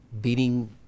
beating